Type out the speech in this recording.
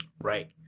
Right